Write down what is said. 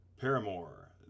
Paramore